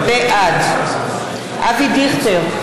בעד אבי דיכטר,